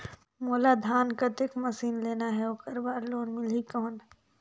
मोला धान कतेक मशीन लेना हे ओकर बार लोन मिलही कौन?